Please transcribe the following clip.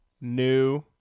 New